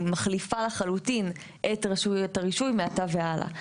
היא מחליפה לחלוטין את רשויות הרישוי מעתה והלאה.